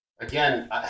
Again